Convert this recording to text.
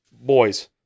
Boys